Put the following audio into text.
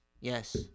Yes